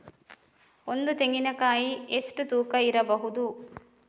ಒಂದು ತೆಂಗಿನ ಕಾಯಿ ಎಷ್ಟು ತೂಕ ಬರಬಹುದು?